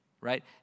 Right